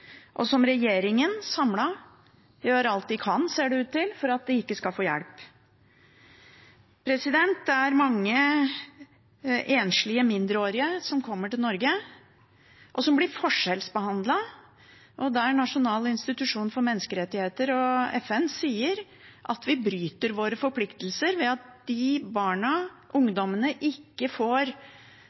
og som regjeringen samlet gjør alt de kan – ser det ut til – for at de ikke skal få hjelp. Det er mange enslige mindreårige som kommer til Norge, og som blir forskjellsbehandlet. Norges nasjonale institusjon for menneskerettigheter og FN sier at vi bryter våre forpliktelser ved at disse barna og ungdommene ikke får